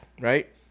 right